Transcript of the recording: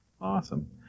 Awesome